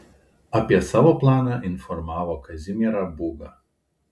apie savo planą informavo kazimierą būgą